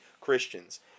Christians